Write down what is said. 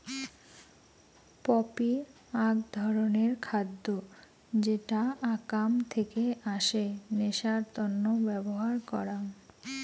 poppy আক ধরণের খাদ্য যেটা আকাম থেকে আসে নেশার তন্ন ব্যবহার করাং